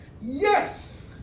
Yes